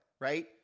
right